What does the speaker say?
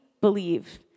believe